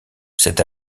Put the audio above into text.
cet